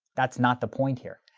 that's not the point here.